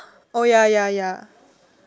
oh ya ya ya